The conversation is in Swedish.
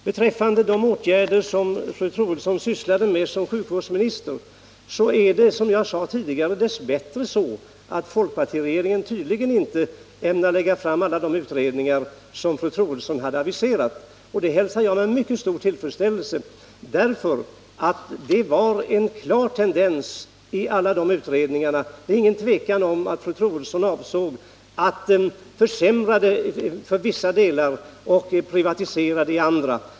Det är dess bättre så att folkpartiregeringen tydligen inte ämnar lägga fram förslag grundade på alla de utredningar som fru Troedsson tillsatt. Det hälsar jag med mycket stor tillfredsställelse. I alla de utredningarna fanns en klar tendens: Det är ingen tvekan om att fru Troedsson avsåg att försämra sjukvården i vissa delar och privatisera den i andra.